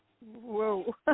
Whoa